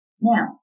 Now